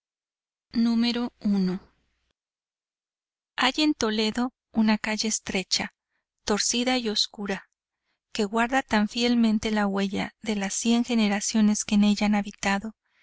hay en toledo una calle estrecha torcida y oscura que guarda tan fielmente la huella de las cien generaciones que en ella han habitado